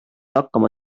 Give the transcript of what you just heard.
hakkama